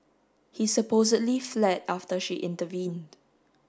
he supposedly fled after she intervened